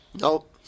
Nope